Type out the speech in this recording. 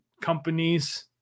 companies